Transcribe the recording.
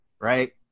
right